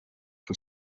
for